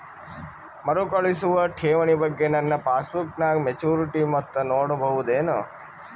ಮರುಕಳಿಸುವ ಠೇವಣಿ ಬಗ್ಗೆ ನನ್ನ ಪಾಸ್ಬುಕ್ ನಾಗ ಮೆಚ್ಯೂರಿಟಿ ಮೊತ್ತ ನೋಡಬಹುದೆನು?